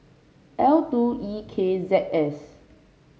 L two E K Z S